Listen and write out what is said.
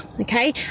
okay